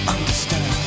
Understand